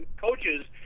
coaches